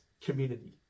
community